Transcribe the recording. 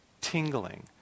tingling